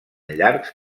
llargs